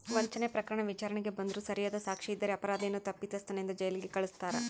ವಂಚನೆ ಪ್ರಕರಣ ವಿಚಾರಣೆಗೆ ಬಂದ್ರೂ ಸರಿಯಾದ ಸಾಕ್ಷಿ ಇದ್ದರೆ ಅಪರಾಧಿಯನ್ನು ತಪ್ಪಿತಸ್ಥನೆಂದು ಜೈಲಿಗೆ ಕಳಸ್ತಾರ